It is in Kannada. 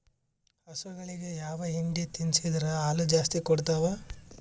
ಹಸುಗಳಿಗೆ ಯಾವ ಹಿಂಡಿ ತಿನ್ಸಿದರ ಹಾಲು ಜಾಸ್ತಿ ಕೊಡತಾವಾ?